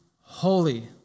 holy